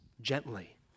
gently